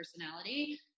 personality